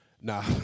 nah